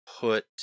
put